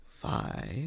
Five